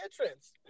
entrance